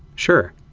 sure.